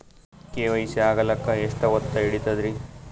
KYC ಆಗಲಕ್ಕ ಎಷ್ಟ ಹೊತ್ತ ಹಿಡತದ್ರಿ?